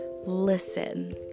Listen